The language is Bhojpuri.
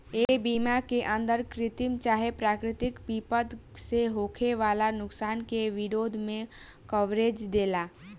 ए बीमा के अंदर कृत्रिम चाहे प्राकृतिक विपद से होखे वाला नुकसान के विरोध में कवरेज देला